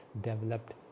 developed